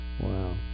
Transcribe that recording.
Wow